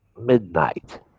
midnight